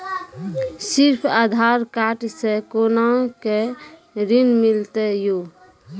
सिर्फ आधार कार्ड से कोना के ऋण मिलते यो?